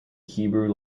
hebrew